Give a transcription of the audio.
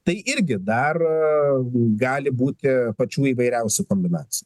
tai irgi dar gali būti pačių įvairiausių kombinacijų